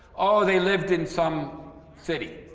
oh, they lived in some city.